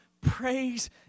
praise